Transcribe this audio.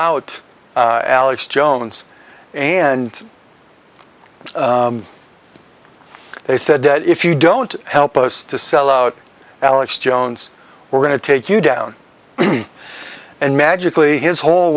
out alex jones and they said that if you don't help us to sell out alex jones we're going to take you down and magically his whole